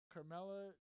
Carmella